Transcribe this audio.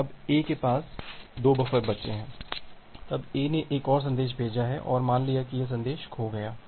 अब A के पास 2 बफ़र बचे हैं तब A ने एक और संदेश भेजा है और मान लिया है कि यह संदेश खो गया है